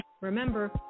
Remember